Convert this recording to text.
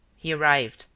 he arrived,